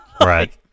Right